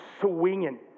swinging